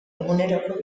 eguneroko